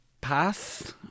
pass